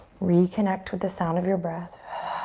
reconnect with the sound of your breath.